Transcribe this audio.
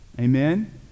Amen